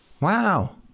Wow